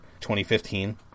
2015